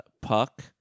Puck